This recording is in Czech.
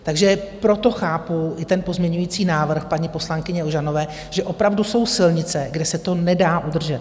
Takže proto chápu ten pozměňovací návrh paní poslankyně Ožanové, že opravdu jsou silnice, kde se to nedá udržet.